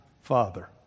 father